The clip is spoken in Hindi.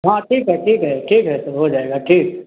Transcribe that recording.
हाँ ठीक है ठीक है ठीक है सब हो जाएगा ठीक